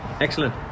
Excellent